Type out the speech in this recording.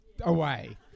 away